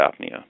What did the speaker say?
apnea